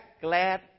glad